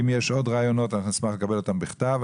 אם יש עוד רעיונות, אנחנו נשמח לקבל אותם בכתב.